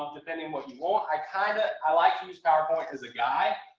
um depending what you want. i kind of, i like to use powerpoint as a guide,